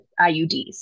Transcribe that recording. IUDs